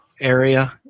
area